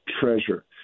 treasure